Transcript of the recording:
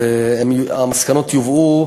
והמסקנות יובאו,